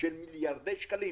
של מיליארדי שקלים.